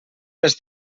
les